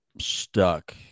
stuck